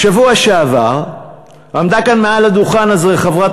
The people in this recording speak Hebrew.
בשבוע שעבר עמדה כאן על הדוכן הזה חברת